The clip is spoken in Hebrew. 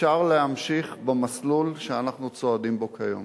אפשר להמשיך במסלול שאנחנו צועדים בו כיום?